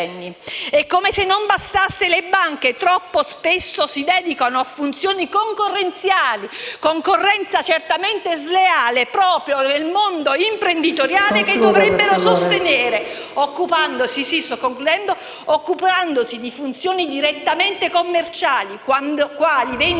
Come se non bastasse, le banche troppo spesso si dedicano a funzioni concorrenziali. Concorrenza certamente sleale proprio nel mondo imprenditoriale che dovrebbero sostenere, occupandosi di funzioni direttamente commerciali, quali vendite di